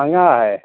अना है